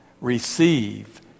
receive